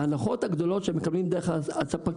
ההנחות הגדולות שהם מקבלים מהספקים,